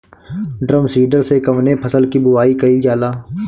Drum seeder से कवने फसल कि बुआई कयील जाला?